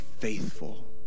faithful